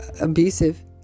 abusive